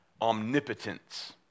omnipotence